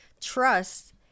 trust